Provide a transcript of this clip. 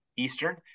eastern